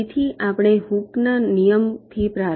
તેથી આપણે હૂકના નિયમ Hooke's law થી પ્રારંભ કરીએ છીએ